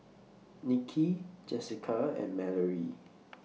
Niki Jessica and Mallorie